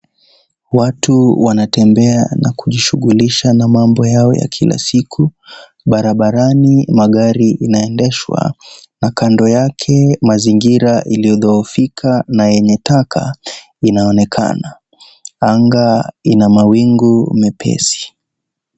Watu wanatembea na kujishughulisha na mambo Yao ya kila siku. Barabarani magari inaendeshwa na kando yake mazingira iliyodhoofika na yenye taka. Inaonekana anga ina mawingu mepesi.